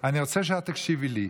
אני רוצה שתקשיב לי.